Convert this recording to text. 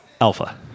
Alpha